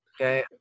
Okay